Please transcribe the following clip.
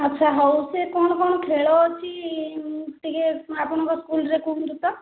ଆଚ୍ଛା ହଉ ସେ କଣ କଣ ଖେଳ ଅଛି ଟିକିଏ ଆପଣଙ୍କ ସ୍କୁଲରେ କୁହନ୍ତୁ ତ